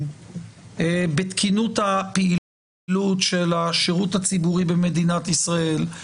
בתקינות הפעילות של השירות הציבורי במדינת ישראל,